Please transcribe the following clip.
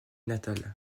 natal